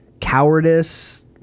cowardice